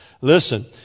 listen